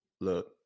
look